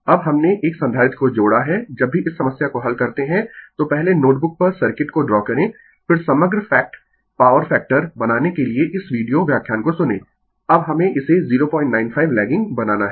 अब हमने एक संधारित्र को जोड़ा है जब भी इस समस्या को हल करते है तो पहले नोटबुक पर सर्किट को ड्रा करें फिर समग्र फैक्ट पॉवर फैक्टर बनाने के लिए इस वीडियो व्याख्यान को सुनें अब हमें इसे 095 लैगिंग बनाना है